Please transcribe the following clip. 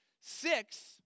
Six